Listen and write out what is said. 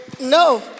no